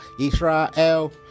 Israel